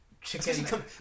chicken